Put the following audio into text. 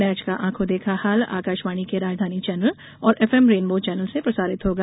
match का आंखों देखा हाल आकाशवाणी के राजधानी चैनल और एफएम रेनबो चैनल से प्रसारित होगा